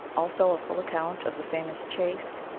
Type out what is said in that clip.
also a full account of the famous chase,